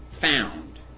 found